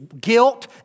guilt